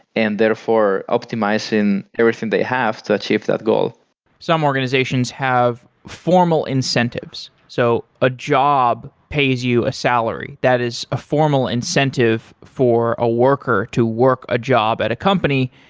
and therefore, optimizing everything they have to achieve that goal some organizations have formal incentives. so a job pays you a salary, that is a formal incentive for a worker to work a job at a company.